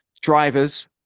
drivers